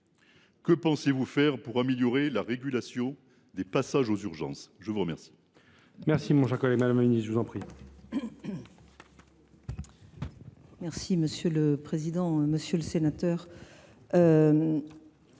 que pensez vous faire pour améliorer la régulation des passages aux urgences ? La parole